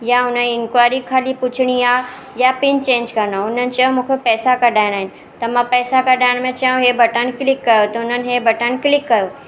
या हुनजी इंक्वायरी खाली पुछणी आहे या पिन चेंज करिणो हुननि चयो मूंखे पैसा कढाइणा आहिनि त मां पैसा कढाइण में चयो हे बटन क्लिक कयो त हुननि हे बटन क्लिक कयो